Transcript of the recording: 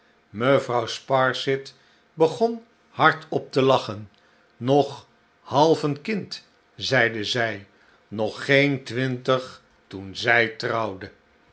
mevrouw sparsit begon hardop te lachen nog half een kind zeide zij noggeen twintig toen zij trouwde